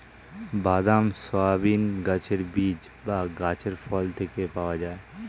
বাদাম, সয়াবিন গাছের বীজ বা গাছের ফল থেকে পাওয়া যায়